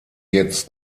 jetzt